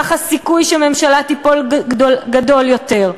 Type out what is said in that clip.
כך הסיכוי שממשלה תיפול גדול יותר.